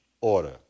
order